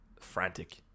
frantic